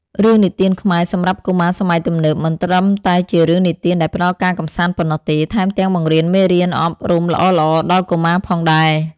រឿងនិទានខ្មែរសម្រាប់កុមារសម័យទំនើប មិនត្រឹមតែជារឿងនិទានដែលផ្ដល់ការកម្សាន្តប៉ុណ្ណោះទេ ថែមទាំងបង្រៀនមេរៀនអប់រំល្អៗដល់កុមារផងដែរ។